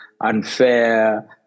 unfair